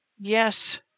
Yes